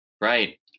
Right